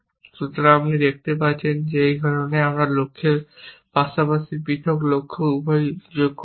সুতরাং আপনি দেখতে পাচ্ছেন যে এই কারণেই আমরা লক্ষ্যের পাশাপাশি পৃথক লক্ষ্য উভয়ই যোগ করেছি